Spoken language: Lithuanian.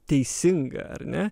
teisinga ar ne